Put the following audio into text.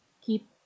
Keep